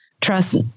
trust